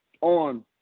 on